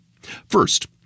First